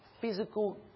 physical